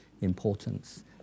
importance